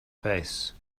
face